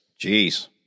Jeez